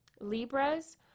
Libras